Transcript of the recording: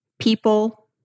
people